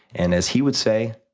and, as he would say,